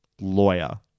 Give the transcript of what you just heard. lawyer